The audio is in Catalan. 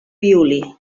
violí